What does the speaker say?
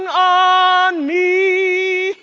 and ah on me,